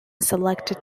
selected